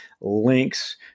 links